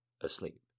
asleep